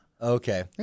Okay